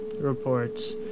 reports